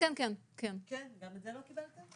את זה לא קיבלתם?